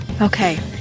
Okay